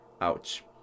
ouch